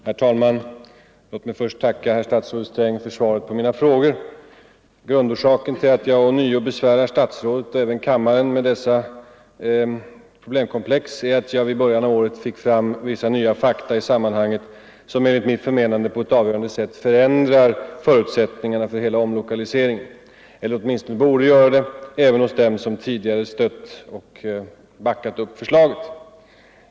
Herr talman! Låt mig först tacka herr statsrådet Sträng för svaret på mina frågor. Grundorsaken till att jag ånyo besvärar statsrådet och även kammaren med dessa problemkomplex är att jag vid början av året fick fram vissa nya fakta i sammanhanget vilka enligt mitt förmenande på ett avgörande sätt förändrar förutsättningarna för hela omlokaliseringen eller åtminstone borde göra det — även bland dem som tidigare stött och backat upp förslaget.